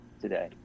today